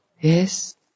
Yes